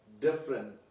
different